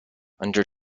under